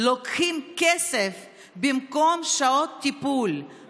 פשוט לוקחים כסף במקום שעות טיפול.